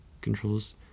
controls